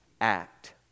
act